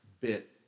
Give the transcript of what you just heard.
bit